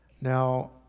Now